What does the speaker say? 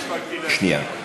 שנייה,